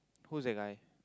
who's that guy